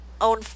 own